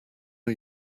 are